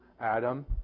Adam